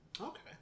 Okay